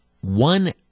one